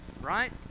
right